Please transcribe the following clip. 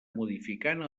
modificant